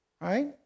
right